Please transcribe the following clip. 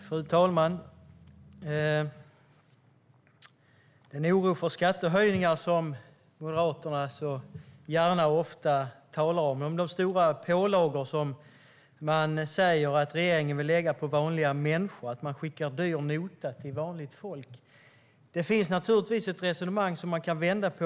Fru talman! Moderaterna talar gärna och ofta om en oro för skattehöjningar. Man säger att regeringen vill lägga stora pålagor på vanliga människor och skicka en dyr nota till vanligt folk. Det är givetvis ett resonemang som man kan vända på.